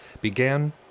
began